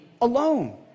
alone